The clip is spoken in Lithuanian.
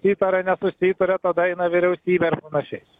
įtaria nesusitaria tada eina į vyriausybę ar panašiai